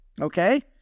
okay